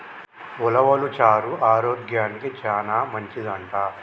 ఉలవలు చారు ఆరోగ్యానికి చానా మంచిదంట